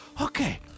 okay